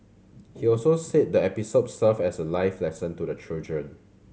he also said the episode served as a life lesson to the children